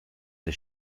der